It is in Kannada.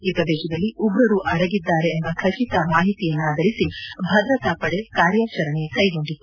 ಆ ಪ್ರದೇಶದಲ್ಲಿ ಉಗ್ರರು ಅಡಗಿದ್ದಾರೆ ಎಂಬ ಖಚಿತ ಮಾಹಿತಿಯನ್ನಾಧರಿಸಿ ಭದ್ರತಾಪಡೆ ಕಾರ್ಯಾಚರಣೆ ಕೈಗೊಂಡಿತ್ತು